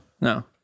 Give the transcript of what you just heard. No